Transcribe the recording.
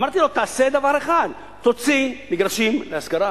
אמרתי לו: תעשה דבר אחד, תוציא מגרשים להשכרה.